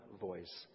voice